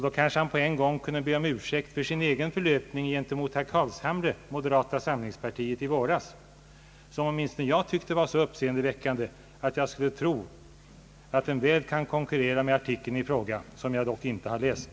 Då kunde han kanske samtidigt be om ursäkt för sin egen förlöpning gentemot herr Carlshamre, moderata samlingspartiet, i våras, som åtminstone jag ansåg vara så uppseendeväckande att jag skulle tro att den väl kan konkurrera med artikeln i fråga, som jag dock inte har läst.